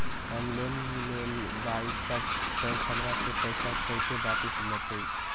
हम लोन लेलेबाई तब बैंक हमरा से पैसा कइसे वापिस लेतई?